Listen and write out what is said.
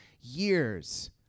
years